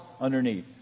underneath